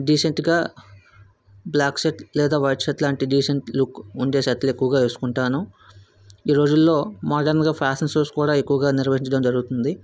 డీసెంటుగా black shirt లేదా white shirt లాంటి decent look ఉండే షర్ట్లు ఎక్కువగా వేసుకుంటాను ఈ రోజులలో మోడర్న్గా ఫ్యాషన్ షోస్ కూడా ఎక్కువగా నిర్వహించడం జరుగుతుంది